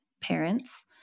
parents